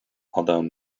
although